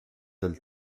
del